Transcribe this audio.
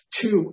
two